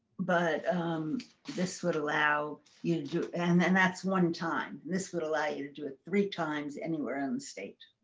but this would allow you to do, and and that's one time. this would allow you to do it three times, anywhere on state.